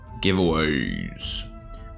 giveaways